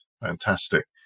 Fantastic